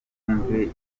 bumve